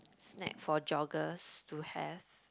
snack for joggers to have